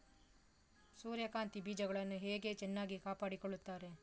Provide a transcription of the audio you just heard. ಸೂರ್ಯಕಾಂತಿ ಬೀಜಗಳನ್ನು ಹೇಗೆ ಚೆನ್ನಾಗಿ ಕಾಪಾಡಿಕೊಳ್ತಾರೆ?